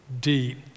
Deep